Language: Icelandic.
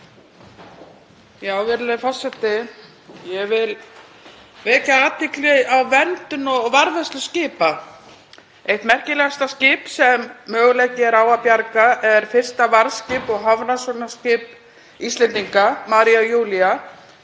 Virðulegi forseti. Ég vil vekja athygli á verndun og varðveislu skipa. Eitt merkilegasta skip sem möguleiki er á að bjarga er fyrsta varðskip og hafrannsóknaskip Íslendinga, María Júlía,